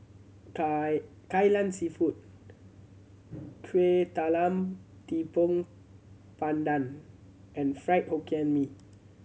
kai Kai Lan Seafood Kuih Talam Tepong Pandan and Fried Hokkien Mee